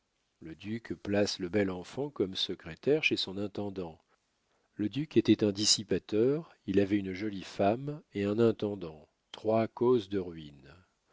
le duc place le bel enfant comme secrétaire chez son intendant le duc était un dissipateur il avait une jolie femme et un intendant trois causes de ruine